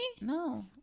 No